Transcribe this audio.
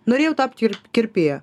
norėjau tapt ir kirpėja